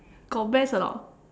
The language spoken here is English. got breast or not